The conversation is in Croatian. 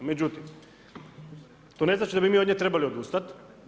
Međutim, to ne znači da bi mi od nje trebali odustati.